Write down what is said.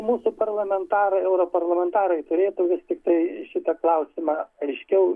mūsų parlamentarai europarlamentarai turėtų vis tiktai šitą klausimą aiškiau